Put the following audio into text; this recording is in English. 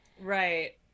Right